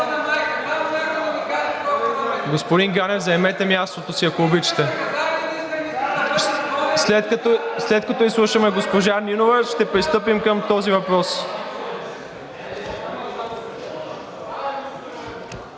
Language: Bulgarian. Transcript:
Господин Ганев, заемете мястото си, ако обичате. (Шум и реплики.) След като изслушаме госпожа Нинова, ще пристъпим към този въпрос.